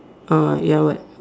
uh ya what